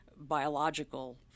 biological